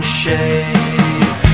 shade